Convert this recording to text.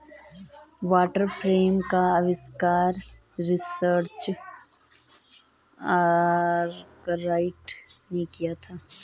water frame का आविष्कार Richard Arkwright ने किया था